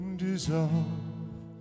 dissolve